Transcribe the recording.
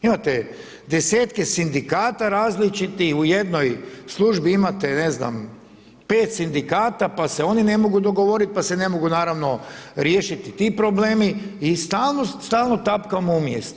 Imate desetke sindikata različitih, u jednoj službi imate ne znam, 5 sindikata, pa se oni ne mogu dogovoriti, pa se ne ne mogu naravno riješiti tih problemi i stalno tapkamo u mjestu.